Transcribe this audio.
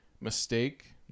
mistake